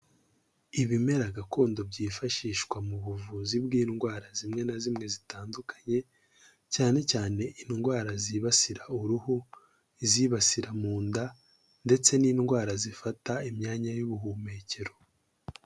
Ibimera gakondo byifashishwa mu buvuzi bw'indwara zimwe na zimwe zitandukanye, cyane cyane indwara zibasira uruhu, izibasira mu nda ndetse n'indwara zifata imyanya y'ubuhumekero.